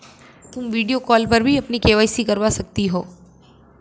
तुम video call पर भी अपनी के.वाई.सी करवा सकती हो